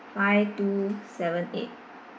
five two seven eight